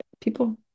people